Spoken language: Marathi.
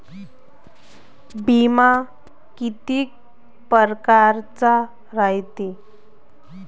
बिमा कितीक परकारचा रायते?